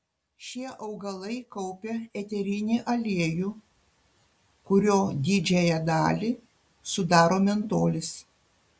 šie augalai kaupia eterinį aliejų kurio didžiąją dalį sudaro mentolis